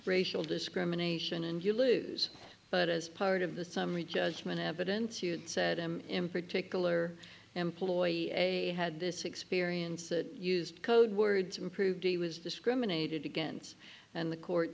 racial discrimination and you lose but as part of the summary judgment evidence you said i'm in particular employ a had this experience that used code words improved he was discriminated against and the court